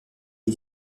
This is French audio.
est